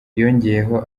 yongeyeho